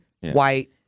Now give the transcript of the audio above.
white